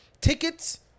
tickets